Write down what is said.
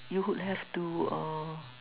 you would have to uh